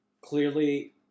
Clearly